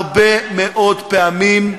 הרבה מאוד פעמים,